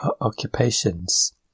occupations